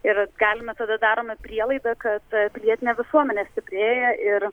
ir galime tada darome prielaidą kad pilietinė visuomenė stiprėja ir